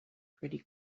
pretty